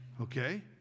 Okay